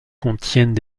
contiennent